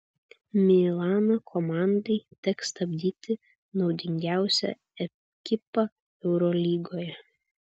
milano komandai teks stabdyti naudingiausią ekipą eurolygoje